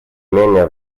менее